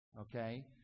okay